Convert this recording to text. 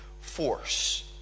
force